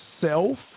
self